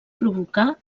provocar